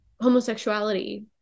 homosexuality